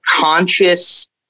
conscious